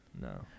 No